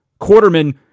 Quarterman